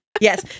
yes